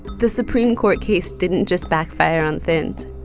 the supreme court case didn't just backfire on thind.